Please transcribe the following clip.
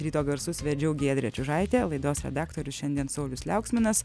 ryto garsus vedžiau giedrė čiužaitė laidos redaktorius šiandien saulius liauksminas